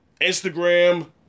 Instagram